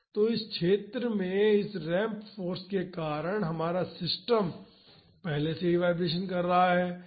तो इस क्षेत्र में इस रैंप फाॅर्स के कारण हमारा सिस्टम पहले से ही वाईब्रेशन कर रहा है